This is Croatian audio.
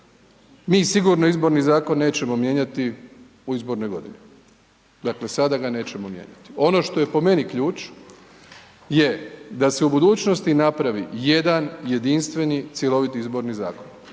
mi sigurno Izborni zakon nećemo mijenjati u izbornog godini, dakle sada ga nećemo mijenjati. Ono što je po meni ključ je da se u budućnosti napravi jedan jedinstveni cjeloviti izborni zakon